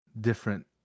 different